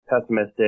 pessimistic